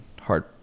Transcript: hard